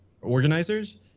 organizers